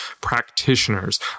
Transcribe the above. practitioners